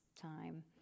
time